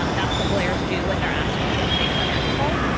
um that's what lawyers do when they're asked to do something unethical.